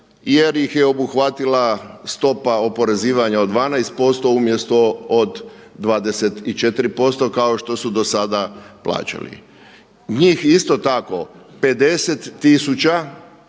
jer ih je obuhvatila stopa oporezivanja od 12% umjesto od 24% kao što su do sada plaćali. Njih isto tako 50000